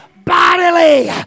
bodily